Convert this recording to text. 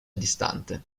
distante